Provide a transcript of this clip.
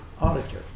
auditor